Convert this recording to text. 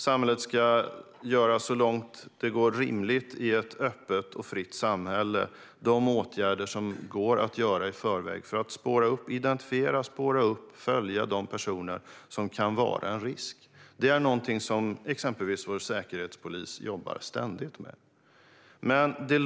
Samhället ska, så långt det är rimligt i ett öppet och fritt samhälle, vidta de åtgärder som går att vidta i förväg för att identifiera, spåra upp och följa de personer som kan vara en risk. Detta är något som exempelvis vår säkerhetspolis ständigt jobbar med.